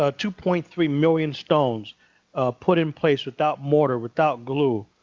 ah two point three million stones put in place without mortar without glue.